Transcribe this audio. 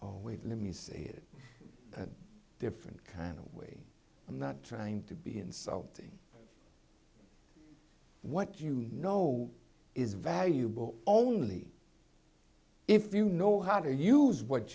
you wait let me say it a different kind of way i'm not trying to be insulting what you know is valuable only if you know how to use what